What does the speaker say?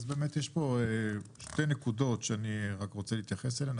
אז באמת יש פה שתי נקודות שאני רוצה להתייחס אליהן.